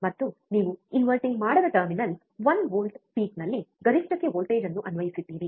ಮತ್ತು ನೀವು ಇನ್ವರ್ಟಿಂಗ್ ಮಾಡದ ಟರ್ಮಿನಲ್ ಒನ್ ವೋಲ್ಟ್ ಪೀಕ್ನಲ್ಲಿ ಗರಿಷ್ಠಕ್ಕೆ ವೋಲ್ಟೇಜ್ ಅನ್ನು ಅನ್ವಯಿಸಿದ್ದೀರಿ